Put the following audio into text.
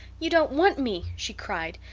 you don't want me! she cried.